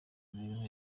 imibereho